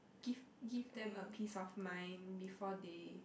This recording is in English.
give give them a peace of mind before they